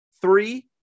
Three